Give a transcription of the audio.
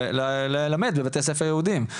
ללמד בבתי ספר יהודיים.